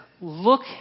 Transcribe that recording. look